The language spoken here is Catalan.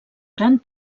gran